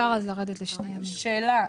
שאלה.